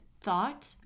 thought